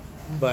hmm